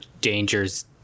dangers